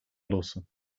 lossen